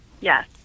Yes